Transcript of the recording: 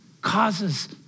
causes